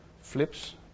flips